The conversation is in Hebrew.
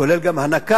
כולל גם הנקה,